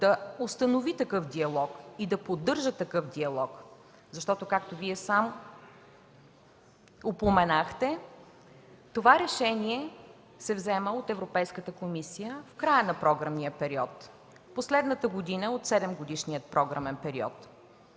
да установи такъв диалог и да го поддържа, защото, както сам упоменахте, това решение се взема от Европейската комисия в края на програмния период – последната година от седемгодишния програмен период.